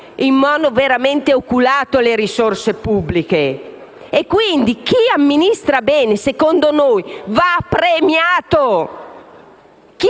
in modo veramente oculato le risorse pubbliche. Chi amministra bene secondo noi va premiato,